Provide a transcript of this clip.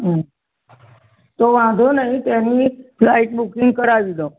હ તો વાંધો નહીં ત્યાંની ફ્લાઇટ બુકિંગ કરાવી દો